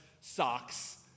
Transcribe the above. socks